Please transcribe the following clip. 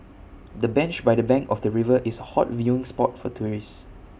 the bench by the bank of the river is A hot viewing spot for tourists